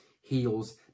heals